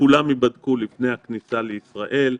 כולם ייבדקו לפני הכניסה לישראל.